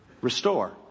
Restore